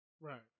Right